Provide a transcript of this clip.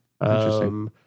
Interesting